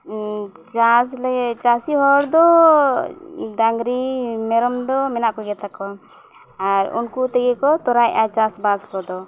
ᱪᱟᱥ ᱞᱮ ᱪᱟᱹᱥᱤ ᱦᱚᱲ ᱫᱚ ᱰᱟᱝᱨᱤ ᱢᱮᱨᱚᱢ ᱫᱚ ᱢᱮᱱᱟᱜ ᱠᱚᱜᱮ ᱛᱟᱠᱚᱣᱟ ᱟᱨ ᱩᱱᱠᱩ ᱩᱱᱠᱩ ᱛᱮᱜᱮ ᱠᱚ ᱛᱚᱨᱟᱣ ᱮᱫᱟ ᱪᱟᱥ ᱵᱟᱥ ᱠᱚᱫᱚ